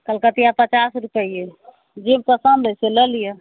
कलकतिया पचास रुपैये जे पसन्द अइ से लऽ लिअ